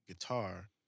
guitar